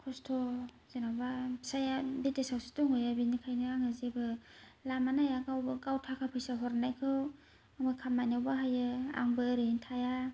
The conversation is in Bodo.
खस्ट' जेन'बा फिसाइया बिदेसआवसो दंहैयो बिनिखायनो आङो जेबो लामा नाया गावबा गाव थाखा फैसा हरनायखौ आंबो खामानियाव बाहायो आंबो ओरैनो थाया